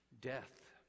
Death